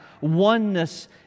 oneness